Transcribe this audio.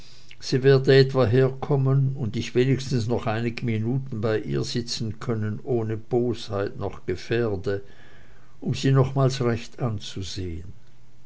sie werde etwa herkommen und ich wenigstens noch einige minuten bei ihr sitzen können ohne bosheit noch gefährde um sie nochmals recht anzusehen